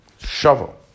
shovel